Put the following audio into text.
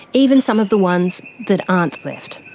even some of the ones that aren't left.